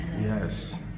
Yes